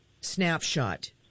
snapshot